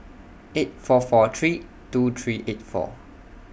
eight four four three two three eight four